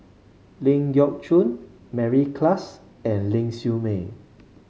Ling Geok Choon Mary Klass and Ling Siew May